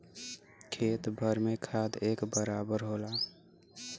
खेत भर में खाद एक बराबर होला